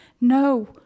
No